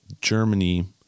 Germany